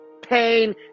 pain